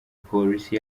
polisi